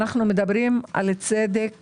אנו מדברים על צדק